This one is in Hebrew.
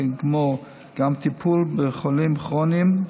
כמו גם טיפול בחולים כרוניים,